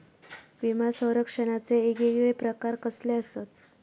विमा सौरक्षणाचे येगयेगळे प्रकार कसले आसत?